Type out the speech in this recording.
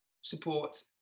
support